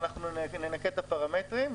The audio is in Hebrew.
אנחנו ננקד את הפרמטרים,